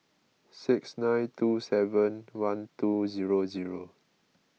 six nine two seven one two zero zero